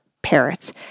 Parrots